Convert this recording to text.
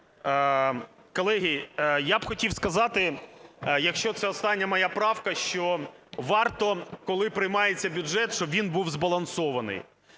Колеги, я б хотів сказати, якщо це остання моя правка, що варто, коли приймається бюджет, щоб він був збалансований,